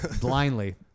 Blindly